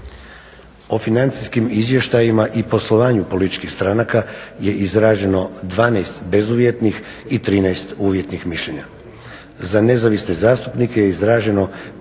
O financijskim izvještajima i poslovanju političkih stranaka je izraženo 12 bezuvjetnih i 13 uvjetnih mišljenja. Za nezavisne zastupnike je izraženo 5